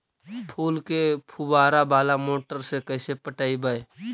फूल के फुवारा बाला मोटर से कैसे पटइबै?